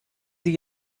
sie